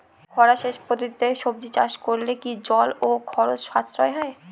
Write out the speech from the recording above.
খরা সেচ পদ্ধতিতে সবজি চাষ করলে কি জল ও খরচ সাশ্রয় হয়?